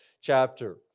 chapter